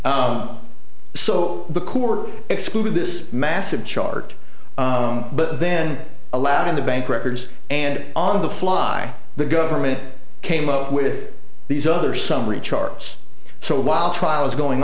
so the coup were excluded this massive chart but then allowed in the bank records and on the fly the government came out with these other summary charts so while trial is going